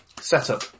setup